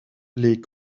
les